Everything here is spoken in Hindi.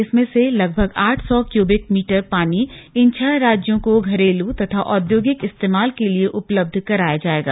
इसमें से लगभग आठ सौ क्यूबिक मीटर पानी इन छह राज्यों को घरेलू तथा औद्योगिक इस्तेमाल के लिए उपलब्ध कराया जायेगा